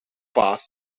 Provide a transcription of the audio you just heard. vast